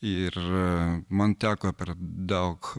ir man teko daug